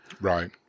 Right